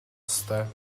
ёстой